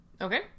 Okay